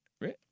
Right